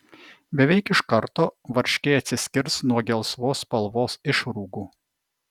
beveik iš karto varškė atsiskirs nuo gelsvos spalvos išrūgų